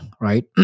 right